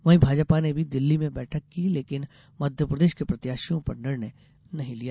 वहीं भाजपा ने भी दिल्ली में बैठक की लेकिन मध्य प्रदेष के प्रत्याषियों पर निर्णय नहीं लिया